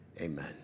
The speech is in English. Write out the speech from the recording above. amen